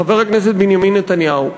חבר הכנסת בנימין נתניהו,